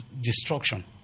destruction